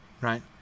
right